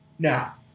Now